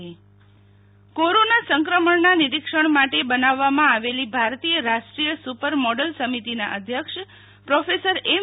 Sheetal Vaishnav super model સમિતિ corona સંક્રમણના નિરીક્ષણ માટે બનાવવામાં આવેલી ભારતીય રાષ્ટ્રીય સુપરમોડલ સમિતિના અધ્યક્ષ પ્રોફેસર એમ